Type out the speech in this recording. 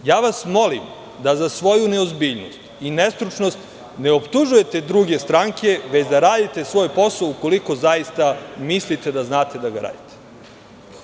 Molim vas da za svoju neozbiljnost i nestručnost, ne optužujete druge stranke, već da radite svoj posao, ukoliko zaista mislite da znate da ga radite.